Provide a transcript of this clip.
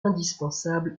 indispensable